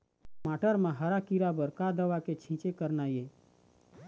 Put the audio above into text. टमाटर म हरा किरा बर का दवा के छींचे करना ये?